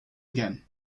again